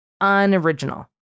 unoriginal